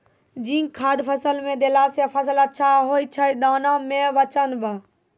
zinc खाद फ़सल मे देला से फ़सल अच्छा होय छै दाना मे वजन ब